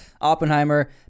Oppenheimer